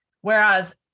whereas